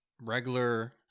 regular